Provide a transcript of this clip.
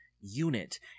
unit